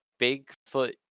Bigfoot